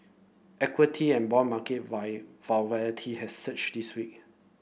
equity and bond market has surged this week